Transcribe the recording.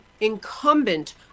incumbent